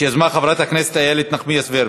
שיזמה חברת הכנסת איילת נחמיאס ורבין,